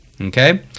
okay